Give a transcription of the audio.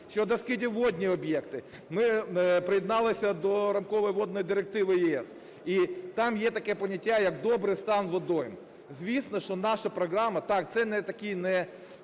Щодо скидів у водні об'єкти. Ми приєдналися до рамкової Водної директиви ЄС. І там є таке поняття, як добрий стан водойм. Звісно, що наша програма, так, це не такий